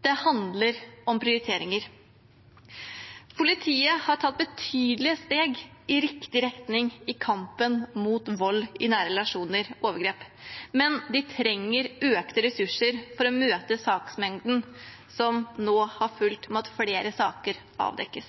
Det handler om prioriteringer. Politiet har tatt betydelige steg i riktig retning i kampen mot vold i nære relasjoner og overgrep, men de trenger økte ressurser for å møte saksmengden som følger av at flere saker avdekkes.